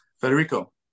Federico